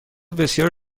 بسیار